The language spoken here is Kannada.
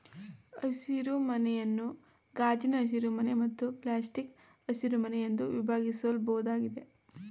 ಹಸಿರುಮನೆಯನ್ನು ಗಾಜಿನ ಹಸಿರುಮನೆ ಮತ್ತು ಪ್ಲಾಸ್ಟಿಕ್ಕು ಹಸಿರುಮನೆ ಎಂದು ವಿಭಾಗಿಸ್ಬೋದಾಗಿದೆ